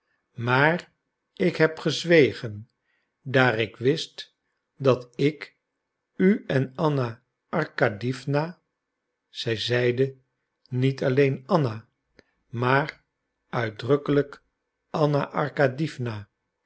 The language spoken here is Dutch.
maar ik heb gezwegen daar ik wist dat ik u en anna arkadiewna zij zeide niet alleen anna maar uitdrukkelijk anna arkadiewna